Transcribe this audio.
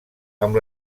amb